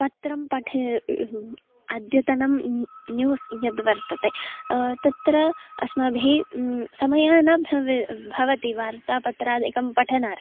पत्रं पठेः अद्यतनं न्यूस् यद् वर्तते तत्र अस्माभिः समयः न भवेत् भवति वार्तापत्रादिकं पठनार्थं